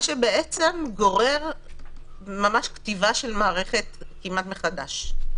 מה שבעצם גורר ממש כתיבה של מערכת כמעט מחדש.